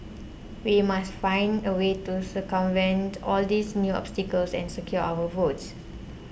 we must find a way to circumvent all these new obstacles and secure our votes